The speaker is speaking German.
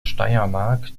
steiermark